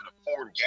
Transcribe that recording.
afford